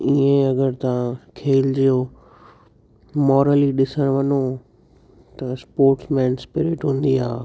ईअं ई अगरि तव्हां खेल जो मोरली ॾिसण्णु वञो त स्पोट्समेन स्पिरिट हूंदी आहे